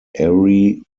erie